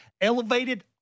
elevated